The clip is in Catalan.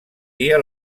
dia